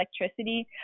Electricity